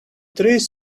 trees